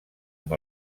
amb